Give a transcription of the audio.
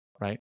right